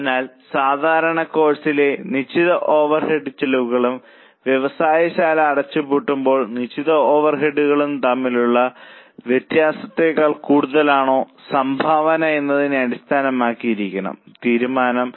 അതിനാൽ സാധാരണ കോഴ്സിലെ നിശ്ചിത ഓവർഹെഡ് ചെലവുകളും വ്യവസായശാല അടച്ചുപൂട്ടുമ്പോൾ നിശ്ചിത ഓവർഹെഡുകളും തമ്മിലുള്ള വ്യത്യാസത്തേക്കാൾ കൂടുതലാണോ സംഭാവന എന്നതിനെ അടിസ്ഥാനമാക്കിയായിരിക്കണം തീരുമാനം